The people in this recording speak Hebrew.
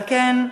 על כן,